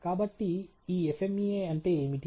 కాబట్టి ఈ FMEA అంటే ఏమిటి